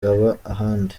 ahandi